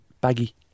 Baggy